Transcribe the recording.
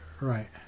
right